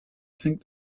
think